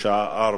עברה ואושרה.